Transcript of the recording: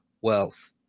wealth